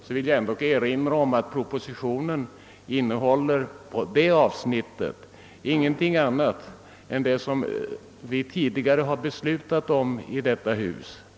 Jag vill då erinra om att propositionen i det avsnittet inte innehåller någonting annat än det som vi tidigare har beslutat om i detta hus.